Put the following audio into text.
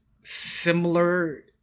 similar